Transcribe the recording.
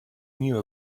knew